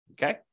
Okay